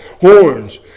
Horns